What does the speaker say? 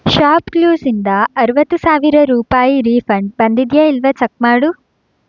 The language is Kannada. ಶಾಪ್ಕ್ಲೂಸ್ನಿಂದ ಅರುವತ್ತು ಸಾವಿರ ರೂಪಾಯಿ ರೀಫಂಡ್ ಬಂದಿದೆಯಾ ಇಲ್ವಾ ಚೆಕ್ ಮಾಡು